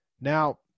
Now